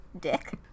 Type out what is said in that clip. dick